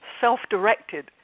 self-directed